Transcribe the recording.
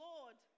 Lord